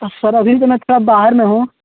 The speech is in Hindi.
सर अभी तो मैं थोड़ा बाहर में हूँ